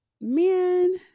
man